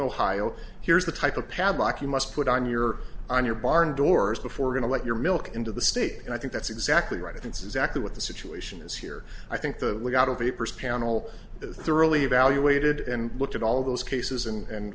ohio here's the type of padlock you must put on your on your barn doors before going to let your milk into the state and i think that's exactly right that's exactly what the situation is here i think the we got a vapor scandal thoroughly evaluated and looked at all of those cases